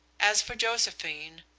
as for josephine,